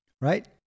right